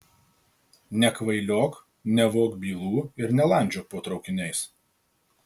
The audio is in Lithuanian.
nekvailiok nevok bylų ir nelandžiok po traukiniais